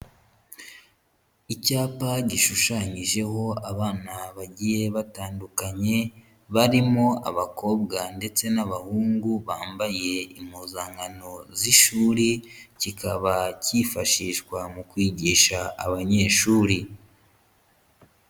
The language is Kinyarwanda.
Icyapa gishushanyijeho abana bagiye batandukanye, barimo abakobwa ndetse n'abahungu bambaye impuzankano z'ishuri, kikaba cyifashishwa mu kwigisha abanyeshuri.